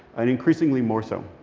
and increasingly more so.